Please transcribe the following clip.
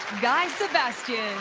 guy sebastian. yeah